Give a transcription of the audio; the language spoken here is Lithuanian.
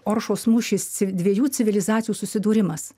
oršos mūšis ci dviejų civilizacijų susidūrimas